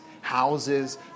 houses